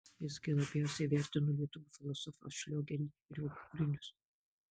visgi labiausiai vertinu lietuvių filosofą šliogerį ir jo kūrinius